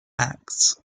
acts